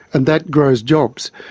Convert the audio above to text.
and that grows jobs.